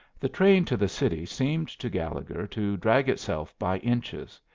the train to the city seemed to gallegher to drag itself by inches.